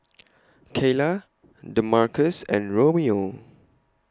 Kaylah Damarcus and Romeo